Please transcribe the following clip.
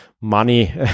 money